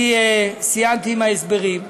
אני סיימתי עם ההסברים.